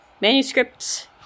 manuscripts